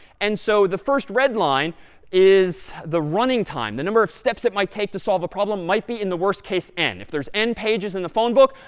and so the first red line is the running time, the number of steps it might take to solve a problem might be, in the worst case, n. if there's n pages in the phone book,